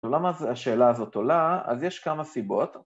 למה השאלה הזאת עולה? אז יש כמה סיבות.